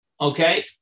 Okay